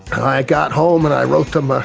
i got home and i wrote them ah